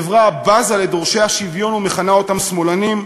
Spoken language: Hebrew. חברה הבזה לדורשי השוויון ומכנה אותם "שמאלניים",